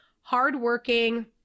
hardworking